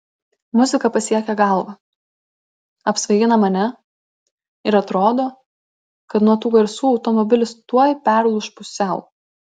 muzika pasiekia galvą apsvaigina mane ir atrodo kad nuo tų garsų automobilis tuoj perlūš pusiau